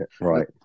Right